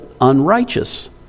unrighteous